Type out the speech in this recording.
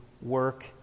work